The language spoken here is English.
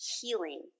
healing